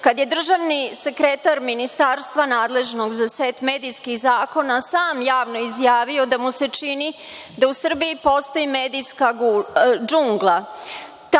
kada je državni sekretar ministarstva nadležnog za set medijskih zakona sam javno izjavio da mu se čini da u Srbiji postoji medijska džungla.